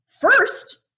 First